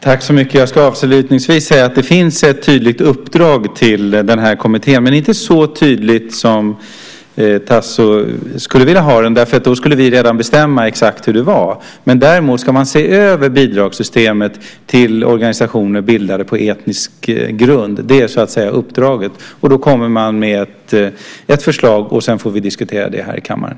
Herr talman! Avslutningsvis vill jag säga att det finns ett tydligt uppdrag till kommittén, men inte så tydligt som Tasso skulle vilja ha det eftersom vi då redan skulle bestämma exakt hur det var. Däremot ska man se över bidragssystemet till organisationer bildade på etnisk grund. Det är uppdraget. Man kommer med ett förslag, och sedan får vi diskutera det här i kammaren.